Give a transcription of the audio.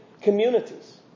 communities